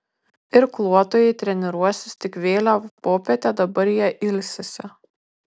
irkluotojai treniruosis tik vėlią popietę dabar jie ilsisi